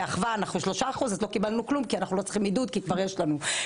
באחווה אנחנו כ-3% אז אנחנו לא צריכים עידוד כי כבר יש לנו,